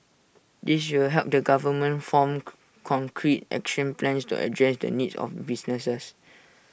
this will help the government form concrete action plans to address the needs of businesses